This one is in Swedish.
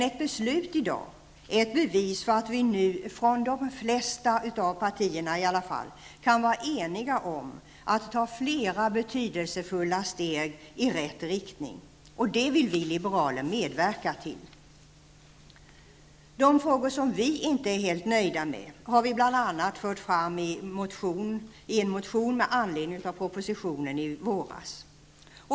Ett beslut i dag är ett bevis för att vi, från de flesta partierna, nu kan vara eniga om att ta flera betydelsefulla steg i rätt riktning. Det vill vi liberaler medverka till. De frågor som vi inte är helt nöjda med har vi bl.a. fört fram i en motion med anledning av propositionen i våras.